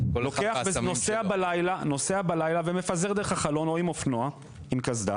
הוא נוסע בלילה ומפזר דרך החלון או עם אופנוע עם קסדה